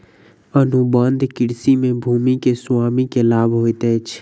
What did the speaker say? अनुबंध कृषि में भूमि के स्वामी के लाभ होइत अछि